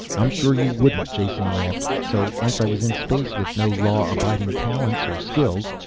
i'm sure you wouldn't, jason laughed. so once i was in space, with no law-abiding talents or skills,